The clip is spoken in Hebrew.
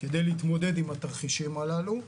כדי להתמודד עם התרחישים הללו.